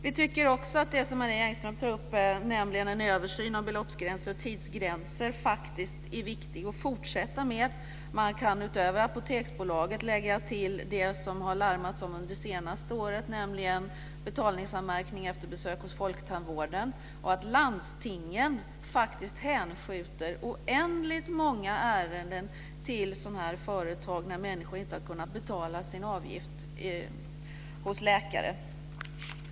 Vi tycker också att det är viktigt att fortsätta med det som Marie Engström tar upp, nämligen en översyn av belopps och tidsgränser. Man kan utöver Apoteksbolaget lägga till det som det har larmats om under det senaste året, nämligen att patienter får betalningsanmärkning efter besök hos Folktandvården och att landstingen faktiskt hänskjuter oändligt många ärenden till sådana här företag när människor inte har kunnat betala sin avgift hos läkare.